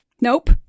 Nope